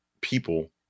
people